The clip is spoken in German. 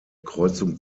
kreuzung